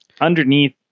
underneath